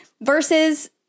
versus